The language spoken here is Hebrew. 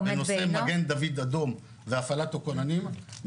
בנושא מגן דוד אדום והפעלת הכוננים,